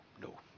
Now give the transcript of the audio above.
no